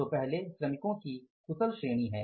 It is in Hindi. तो पहले श्रमिकों की कुशल श्रेणी है